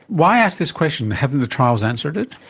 why ask this question? haven't the trials answered it?